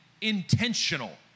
intentional